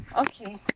Okay